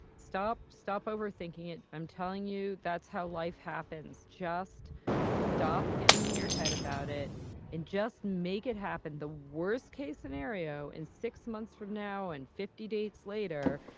stop, stop overthinking it. i'm telling you, that's how life happens. just stop getting in your head about it and just make it happen. the worst case scenario is and six months from now and fifty dates later,